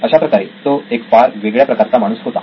अशाप्रकारे तो एक फार वेगळ्या प्रकारचा माणूस होता